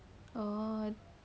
oh